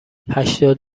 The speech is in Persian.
هشتاد